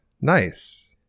Nice